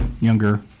younger